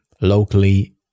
locally